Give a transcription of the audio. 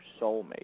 soulmate